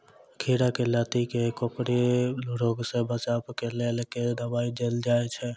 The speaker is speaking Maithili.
खीरा केँ लाती केँ कोकरी रोग सऽ बचाब केँ लेल केँ दवाई देल जाय छैय?